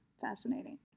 fascinating